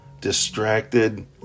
distracted